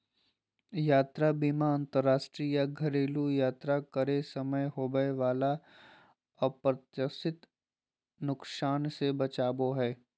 यात्रा बीमा अंतरराष्ट्रीय या घरेलू यात्रा करे समय होबय वला अप्रत्याशित नुकसान से बचाबो हय